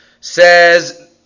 Says